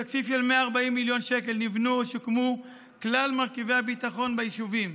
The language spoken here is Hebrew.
בתקציב של 140 מיליון שקל נבנו או שוקמו כלל מרכיבי הביטחון ביישובים,